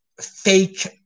fake